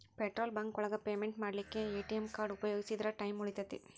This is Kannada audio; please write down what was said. ಪೆಟ್ರೋಲ್ ಬಂಕ್ ಒಳಗ ಪೇಮೆಂಟ್ ಮಾಡ್ಲಿಕ್ಕೆ ಎ.ಟಿ.ಎಮ್ ಕಾರ್ಡ್ ಉಪಯೋಗಿಸಿದ್ರ ಟೈಮ್ ಉಳಿತೆತಿ